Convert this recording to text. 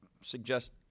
suggest